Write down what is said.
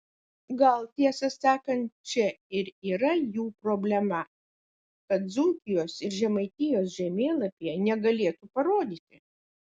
gal tiesą sakant čia ir yra jų problema kad dzūkijos ir žemaitijos žemėlapyje negalėtų parodyti